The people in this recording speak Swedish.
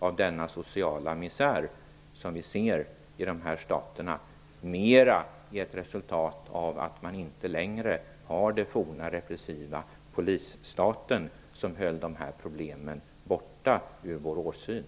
av denna sociala misär som vi ser på gator och på andra håll i dessa stater mera är ett resultat av att man inte längre har den forna repressiva polisstaten som höll dessa problem borta från vår åsyn.